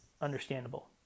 Understandable